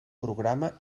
programa